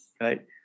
right